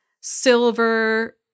silver